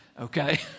okay